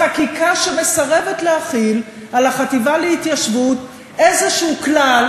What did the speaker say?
בחקיקה שמסרבת להחיל על החטיבה להתיישבות איזשהו כלל,